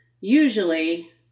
usually